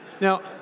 Now